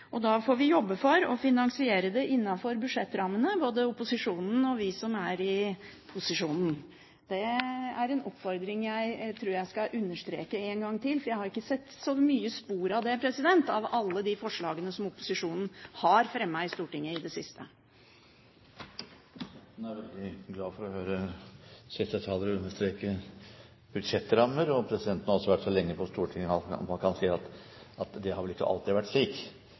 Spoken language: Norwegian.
og da får vi jobbe for å finansiere det innenfor budsjettrammene, både opposisjonen og vi som er i posisjonen. Det er en oppfordring jeg tror jeg skal understreke en gang til, for jeg har ikke sett så mye spor av det i alle de forslagene som opposisjonen har fremmet i Stortinget i det siste. Presidenten er veldig glad for å høre siste taler understreke budsjettrammer, og presidenten har også vært så lenge på Stortinget at han kan si at det har vel ikke alltid vært slik!